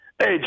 Hey